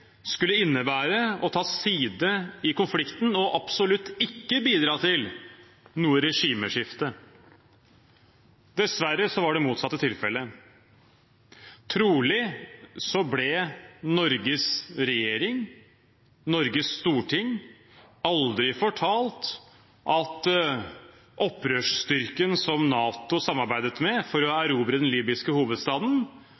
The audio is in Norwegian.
skulle innebære å ta side i konflikten, og absolutt ikke bidra til noe regimeskifte. Dessverre var det motsatte tilfellet. Trolig ble Norges regjering og Norges storting aldri fortalt at opprørsstyrken som NATO samarbeidet med for å